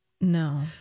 No